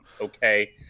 okay